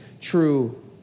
true